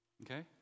Okay